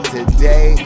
Today